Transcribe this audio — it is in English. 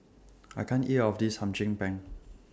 I can't eat All of This Hum Chim Peng